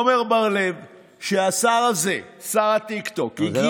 עמר בר לב, שהשר הזה, שר הטיקטוק, זה לא רלוונטי.